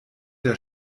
der